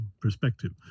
perspective